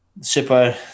super